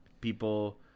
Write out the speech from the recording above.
people